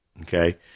Okay